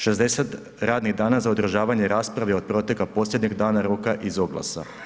60 radnih dana za održavanje rasprave od proteka posljednjeg dana roka iz oglasa.